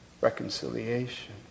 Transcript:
reconciliation